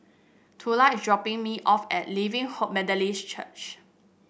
Tula is dropping me off at Living Hope Methodist Church